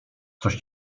coś